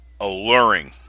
alluring